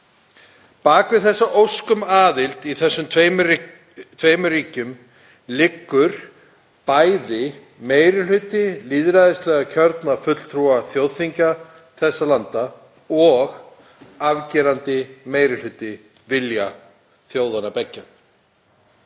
Bak við þessa ósk um aðild í þessum tveimur ríkjum liggur bæði meiri hluti lýðræðislega kjörinna fulltrúa þjóðþinga þessara landa og vilji afgerandi meiri hluta þjóðanna beggja.